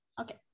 Okay